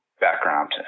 background